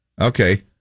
Okay